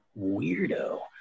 weirdo